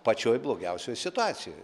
pačioj blogiausioj situacijoj